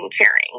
caring